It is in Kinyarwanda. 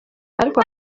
ariko